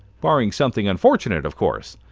barring something unfortunate of course.